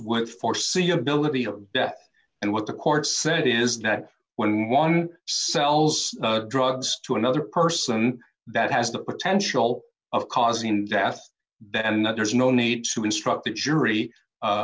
with foreseeability of death and what the court said is that when one sells drugs to another person that has the potential of causing death and that there's no need to instruct the jury